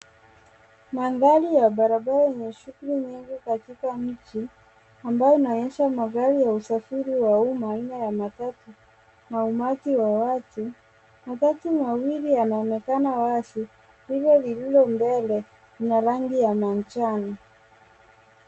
Maandari ya barabara enye shughuli nyingi katika mji ambayo inaonyesha magari wa usafiri wa umma aina ya matatu na umati wa watu. Matatu mawili yanaonekana wazi lile lililo mbele ina rangi ya manjano.